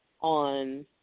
on